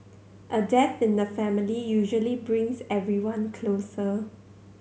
a death in the family usually brings everyone closer